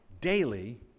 daily